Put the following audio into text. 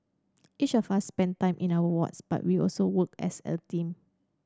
each of us spend time in our wards but we also work as a team